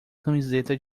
camiseta